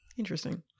Interesting